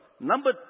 Number